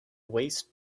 waste